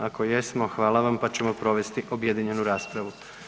Ako jesmo, hvala vam pa ćemo provesti objedinjenu raspravu.